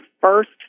first